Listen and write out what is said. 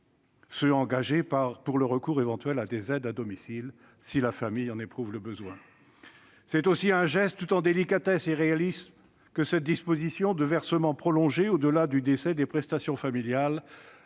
frais engagés pour le recours éventuel à des aides à domicile, si la famille en éprouve le besoin. C'est aussi un geste tout en délicatesse et réaliste que cette disposition de versement prolongé, au-delà du décès, des prestations familiales,